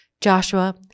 Joshua